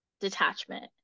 detachment